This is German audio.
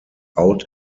out